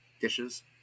dishes